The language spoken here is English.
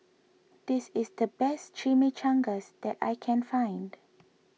this is the best Chimichangas that I can find